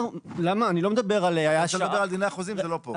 אני לא מדבר על --- אתה רוצה לדבר על דיני החוזים זה לא פה.